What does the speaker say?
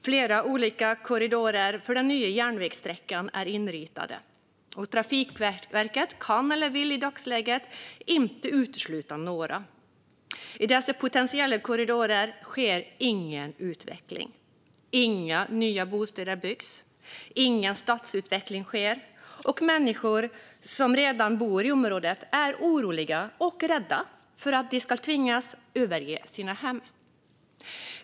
Flera olika korridorer för den nya järnvägssträckan är inritade, och Trafikverket kan eller vill i dagsläget inte utesluta några. I dessa potentiella korridorer sker ingen utveckling. Inga nya bostäder byggs. Ingen stadsutveckling sker. Människor som redan bor i området är oroliga och rädda för att de ska tvingas överge sina hem.